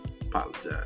Apologize